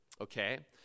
Okay